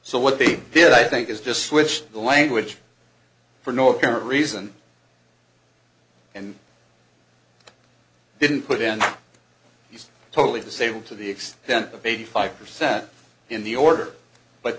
so what they did i think is just switched the language for no apparent reason and didn't put in he's totally disabled to the extent of eighty five percent in the order but